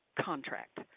contract